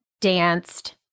danced